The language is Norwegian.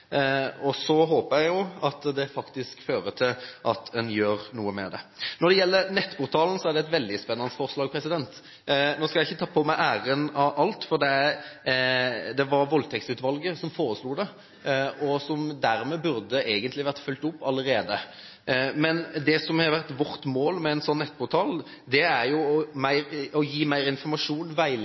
Så håper jeg at det faktisk fører til at en gjør noe med det. Når det gjelder nettportalen, er det et veldig spennende forslag. Nå skal ikke jeg ta på meg æren for alt, for det var Voldtektsutvalget som foreslo det, og dermed burde det egentlig vært fulgt opp allerede. Men det som har vært vårt mål med en sånn nettportal, er å gi mer informasjon